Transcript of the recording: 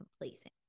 complacent